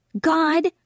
God